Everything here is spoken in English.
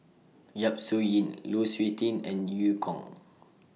Yap Su Yin Lu Suitin and EU Kong